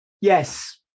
Yes